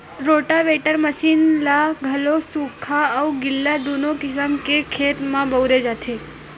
rotavator machine ल घलो सुख्खा अउ गिल्ला दूनो किसम के खेत म बउरे जाथे